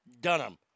Dunham